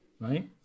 right